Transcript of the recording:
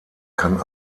kann